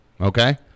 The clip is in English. Okay